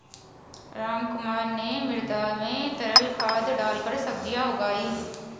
रामकुमार ने मृदा में तरल खाद डालकर सब्जियां उगाई